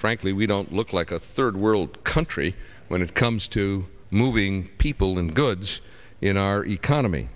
frankly we don't look like a third world country when it comes to moving people and goods in our economy